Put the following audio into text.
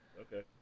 Okay